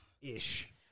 Ish